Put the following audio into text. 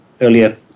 earlier